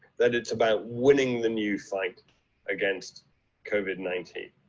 that it's about winning the new fight against covid nineteen.